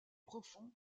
profond